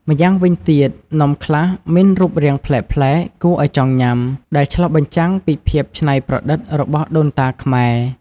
ម្យ៉ាងវិញទៀត នំខ្លះមានរូបរាងប្លែកៗគួរឲ្យចង់ញ៉ាំ ដែលឆ្លុះបញ្ចាំងពីភាពច្នៃប្រឌិតរបស់ដូនតាខ្មែរ។